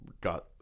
got